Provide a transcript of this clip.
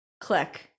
click